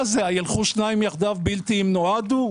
מה זה, הילכו שניים יחדיו בלתי אם נועדו?